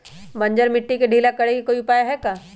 बंजर मिट्टी के ढीला करेके कोई उपाय है का?